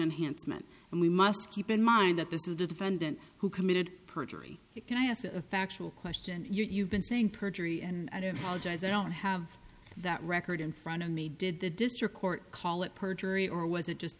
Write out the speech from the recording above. enhanced meant and we must keep in mind that this is the defendant who committed perjury can i ask a factual question you've been saying perjury and i don't i don't have that record in front of me did the district court call it perjury or was it just